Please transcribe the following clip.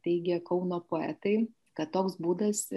teigia kauno poetai kad toks būdas